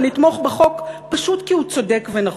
ונתמוך בחוק פשוט כי הוא צודק ונכון.